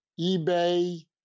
eBay